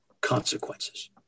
consequences